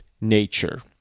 nature